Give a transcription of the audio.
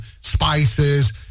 spices